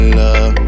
love